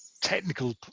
technical